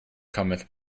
cometh